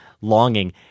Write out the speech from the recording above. longing